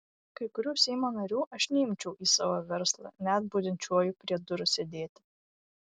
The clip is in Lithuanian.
kai kurių seimo narių aš neimčiau į savo verslą net budinčiuoju prie durų sėdėti